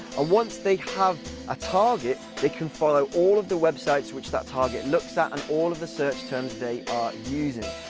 once they have a target, they can follow all of the websites which that target looks at and all of the search terms they are using.